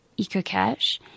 EcoCash